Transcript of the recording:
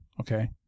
Okay